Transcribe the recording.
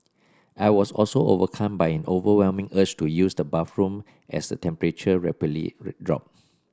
I was also overcome by an overwhelming urge to use the bathroom as the temperature rapidly dropped